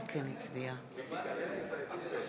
מצביעה אני שוב שואל